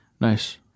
Nice